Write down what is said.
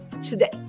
today